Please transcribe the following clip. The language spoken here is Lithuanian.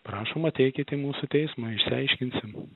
prašom ateikit į mūsų teismą išsiaiškinsim